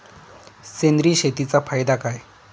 सेंद्रिय शेतीचा फायदा काय?